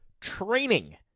training